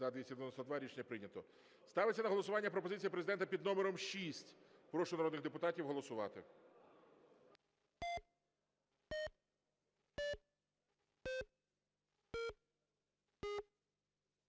За-288 Рішення прийнято. Ставиться на голосування пропозиція Президента під номером 3. Прошу народних депутатів голосувати.